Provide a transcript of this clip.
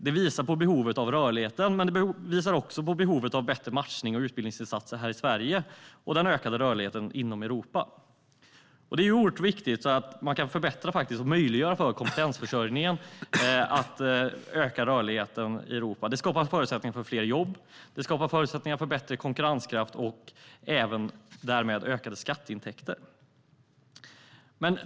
Detta visar på behovet av rörlighet men också bättre matchning och utbildningsinsatser här i Sverige liksom ökad rörlighet inom Europa. Det är viktigt att man kan förbättra och möjliggöra för kompetensförsörjningen att öka rörligheten i Europa. Det skapar förutsättningar för fler jobb, bättre konkurrenskraft och därmed ökade skatteintäkter.